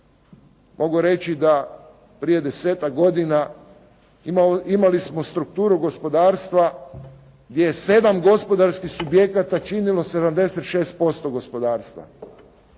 mogu reći da prije desetak godina imali smo strukturu gospodarstva gdje je sedam gospodarskih subjekata činilo 76% gospodarstva.